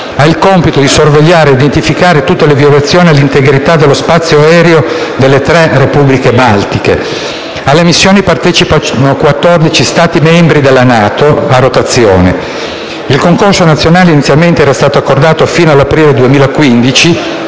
ha il compito di sorvegliare e identificare tutte le violazioni all'integrità dello spazio aereo della tre Repubbliche baltiche. Alla missione partecipano 14 Stati membri della NATO, a rotazione. Il concorso nazionale inizialmente era stato accordato fino all'aprile 2015;